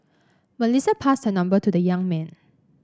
Melissa passed her number to the young man